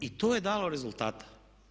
I to je dalo rezultata.